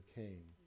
came